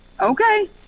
Okay